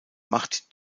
macht